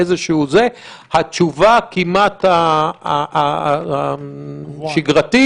התשובה הכמעט שגרתית --- הקבועה.